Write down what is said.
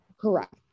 Correct